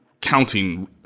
counting